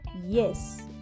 Yes